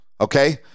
okay